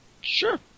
Sure